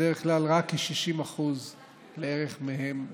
בדרך כלל רק 60% מהם בערך מגיעים.